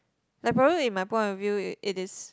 like probably in my point of view it it is